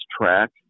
track